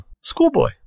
schoolboy